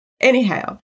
Anyhow